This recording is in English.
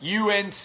UNC